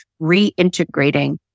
reintegrating